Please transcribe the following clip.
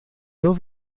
dos